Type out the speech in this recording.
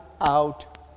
out